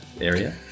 area